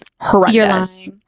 horrendous